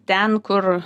ten kur